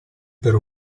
per